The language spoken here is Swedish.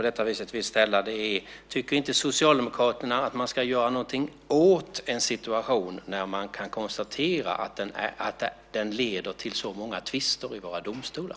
Tycker inte Socialdemokraterna att man ska göra något åt en situation när man kan konstatera att den leder till så många tvister i våra domstolar?